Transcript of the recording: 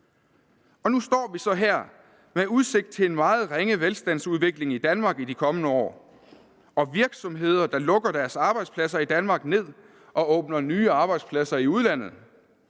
Nu står vi så her med udsigt til en meget ringe velstandsudvikling i Danmark i de kommende år og virksomheder, der lukker deres arbejdspladser i Danmark ned og åbner nye arbejdspladser i udlandet